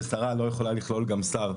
ושרה לא יכולה לכלול גם שר.